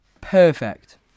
Perfect